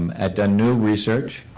um i'd done no research,